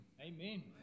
Amen